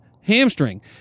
hamstring